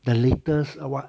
the latest or what